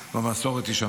והמסורת תישמר.